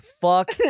Fuck